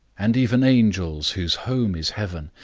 and even angels, whose home is heaven,